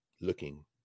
looking